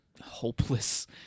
hopeless